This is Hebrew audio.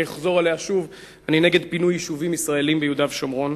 אני אחזור עליה שוב: אני נגד פינוי יישובים ישראליים ביהודה ובשומרון.